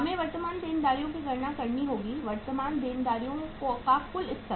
हमें वर्तमान देनदारियों की गणना करनी होगी वर्तमान देनदारियों का कुल स्तर